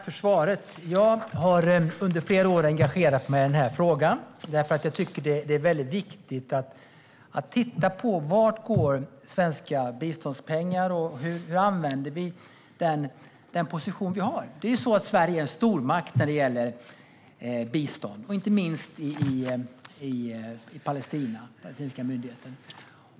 Fru ålderspresident! Tack för svaret! Jag har under flera år engagerat mig i denna fråga därför att jag tycker att det är viktigt att titta på vart svenska biståndspengar går och hur vi använder den position vi har. Sverige är en stormakt när det gäller bistånd, inte minst till Palestina och den palestinska myndigheten.